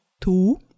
two